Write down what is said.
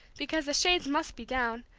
because the shades must be down,